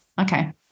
Okay